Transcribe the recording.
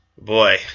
Boy